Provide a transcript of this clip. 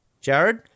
Jared